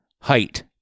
Height